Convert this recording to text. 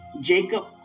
Jacob